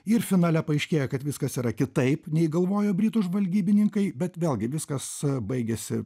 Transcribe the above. ir finale paaiškėja kad viskas yra kitaip nei galvojo britų žvalgybininkai bet vėlgi viskas baigėsi